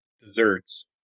desserts